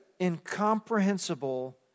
incomprehensible